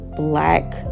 black